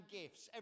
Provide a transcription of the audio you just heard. gifts